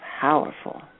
powerful